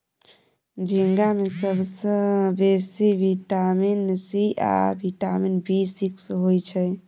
झींगा मे सबसँ बेसी बिटामिन सी आ बिटामिन बी सिक्स होइ छै